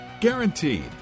guaranteed